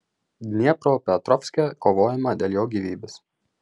dniepropetrovske kovojama dėl jo gyvybės